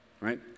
right